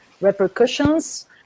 repercussions